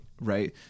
right